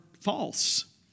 false